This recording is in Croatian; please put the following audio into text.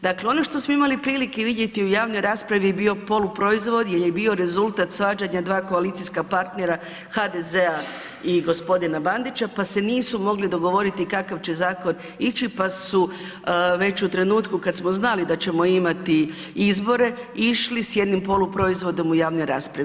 Dakle, ono što smo imali prilike vidjeti u javnoj raspravi je bio poluproizvod jer je bio rezultat svađanja dva koalicijska partnera HDZ-a i gospodina Bandića pa se nisu mogli dogovoriti kakav će zakon ići pa su već u trenutku kad smo znali da ćemo imati izbore išli s jednim poluproizvodom u javnoj raspravi.